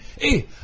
hey